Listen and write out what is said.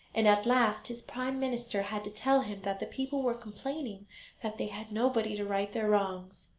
and at last his prime minister had to tell him that the people were complaining that they had nobody to right their wrongs.